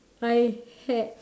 I had